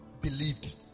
believed